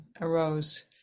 arose